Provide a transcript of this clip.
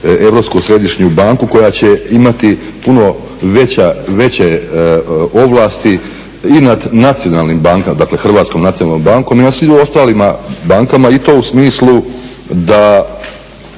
Europsku središnju banku koja će imati puno veće ovlasti i nad nacionalnim bankama, dakle Hrvatskom nacionalnom bankom, i nad svim ostalim bankama i to u smislu da